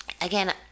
Again